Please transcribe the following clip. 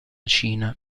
cina